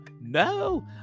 no